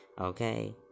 Okay